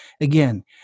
Again